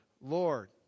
Lord